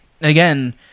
again